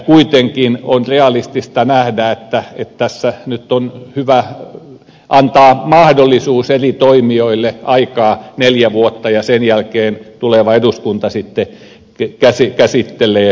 kuitenkin on realistista nähdä että tässä nyt on hyvä antaa mahdollisuus eri toimijoille aikaa neljä vuotta ja sen jälkeen tuleva eduskunta sitten käsittelee asioita